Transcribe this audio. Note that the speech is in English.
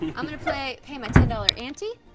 and i'm gonna play, pay my ten dollars ante,